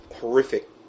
horrific